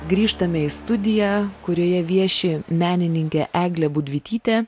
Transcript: grįžtame į studiją kurioje vieši menininkė eglė budvytytė